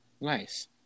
Nice